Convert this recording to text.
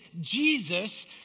Jesus